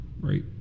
Right